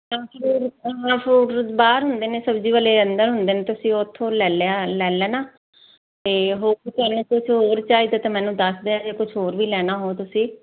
ਕਿਉਂਕਿ ਫੂਡ ਬਾਹਰ ਹੁੰਦੇ ਨੇ ਸਬਜ਼ੀ ਵਾਲੇ ਅੰਦਰ ਹੁੰਦੇ ਨੇ ਤੁਸੀਂ ਉਥੋਂ ਲੈ ਲਿਆ ਲੈ ਲੈਣਾ ਅਤੇ ਹੋਰ ਵੀ ਤੁਹਾਨੂੰ ਕੁਛ ਹੋਰ ਚਾਹੀਦਾ ਤਾਂ ਮੈਨੂੰ ਦੱਸ ਦਿਆ ਜੇ ਕੁਛ ਹੋਰ ਵੀ ਲੈਣਾ ਹੋਵੇ ਤੁਸੀਂ